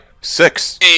Six